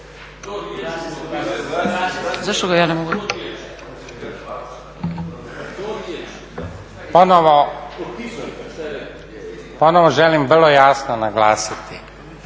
Ponovo želim vrlo jasno naglasiti,